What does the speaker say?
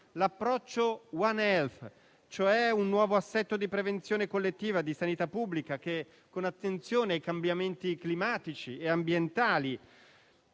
l'approccio *one health*, e cioè un nuovo assetto di prevenzione collettiva di sanità pubblica, che, con attenzione ai cambiamenti climatici e ambientali,